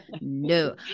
no